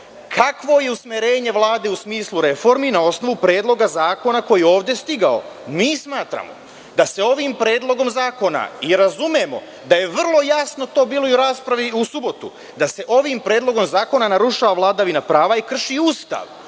kakvo je usmerenje Vlade u smislu reformi na osnovu Predloga zakona koji je ovde stigao. Mi smatramo da se ovim predlogom zakona, i razumem da je vrlo jasno to bilo i u raspravi u subotu, narušava vladavina prava i krši Ustav.